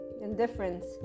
indifference